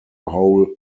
whole